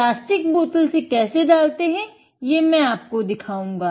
plastic बोतल से कैसे डालते हैं मैं आपको दिखाऊंगा